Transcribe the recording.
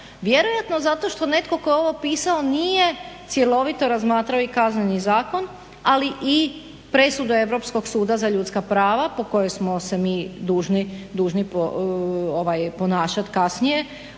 Vjerojatno zato što netko tko je ovo pisao nije cjelovito razmatrao i Kazneni zakon ali i presudu Europskog suda za ljudska prava po kojoj smo se mi dužni ponašati kasnije